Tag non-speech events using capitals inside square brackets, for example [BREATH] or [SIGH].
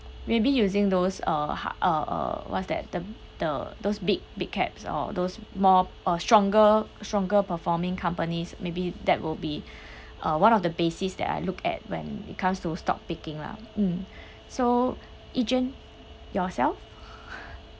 maybe using those uh ha~ uh what's that the the those big big caps or those more or stronger stronger performing companies maybe that will be [BREATH] uh one of the basis that I look at when it comes to stop picking lah mm so ag~ yourself [BREATH]